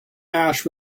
ash